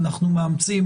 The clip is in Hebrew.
אנחנו מאמצים.